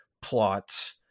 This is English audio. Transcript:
plot